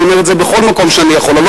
אני אומר את זה בכל מקום שאני יכול: הלוא